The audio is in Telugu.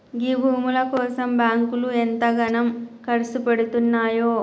గీ భూముల కోసం బాంకులు ఎంతగనం కర్సుపెడ్తున్నయో